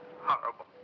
Horrible